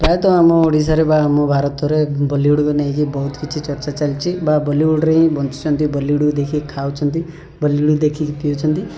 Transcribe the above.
ପ୍ରାୟତଃ ଆମ ଓଡ଼ିଶାରେ ବା ଆମ ଭାରତରେ ବଲିଉଡ଼୍କୁ ନେଇକି ବହୁତ କିଛି ଚର୍ଚ୍ଚା ଚାଲିଛି ବା ବଲିଉଡ଼୍ରେ ହିଁ ବଞ୍ଚିଛନ୍ତି ବଲିଉଡ଼୍କୁ ଦେଖି ଖାଉଛନ୍ତି ବଲିଉଡ଼୍ ଦେଖିକି ପିଉଛନ୍ତି